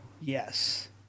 yes